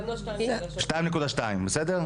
זה לא 2.3. 2.2, בסדר?